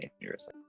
dangerous